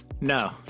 No